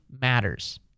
matters